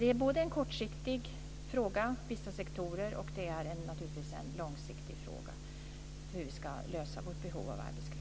Det är både en kortsiktig fråga inom vissa sektorer och en långsiktig fråga för hur vi ska lösa behovet av arbetskraft.